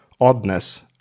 oddness